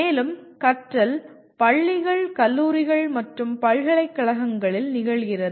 மேலும் கற்றல் பள்ளிகள் கல்லூரிகள் மற்றும் பல்கலைக்கழகங்களில் நிகழ்கிறது